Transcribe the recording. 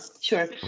sure